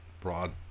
broad